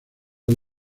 del